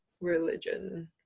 religion